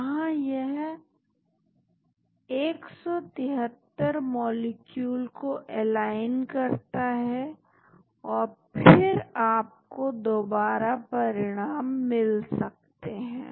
यहां यह 173 मॉलिक्यूल को एलाइन करता है और फिर आपको दोबारा परिणाम मिल सकते हैं